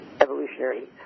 evolutionary